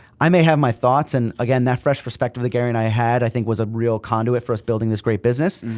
i may have my thoughts and again, that fresh perspective that gary and i had, i think was a real conduit for us building this great business,